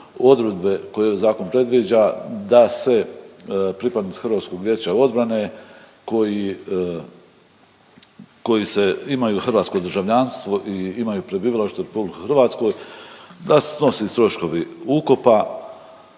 odredbe koje zakon predviđa, da se pripadnici HVO-a koji, koji se imaju hrvatsko državljanstvo i imaju prebivalište u RH, da se snose troškovi ukopa,